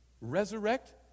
Resurrect